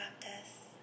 practice